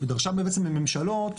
ודרשה בעצם מממשלות,